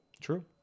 true